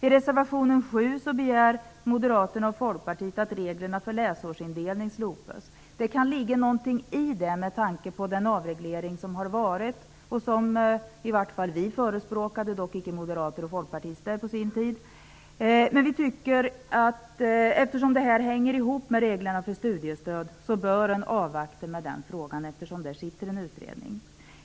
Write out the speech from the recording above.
I reservation 7 begär Moderaterna och Folkpartiet att reglerna för läsårsindelning slopas. Det kan ligga något i detta med tanke på den avreglering som har skett och som i varje fall vi förespråkade. Det gjorde dock inte Moderaterna och Folkpartiet på den tiden. Men eftersom detta hänger ihop med reglerna för studiestöd anser vi att man inte bör ta itu med denna fråga nu, eftersom en utredning är tillsatt.